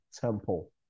temple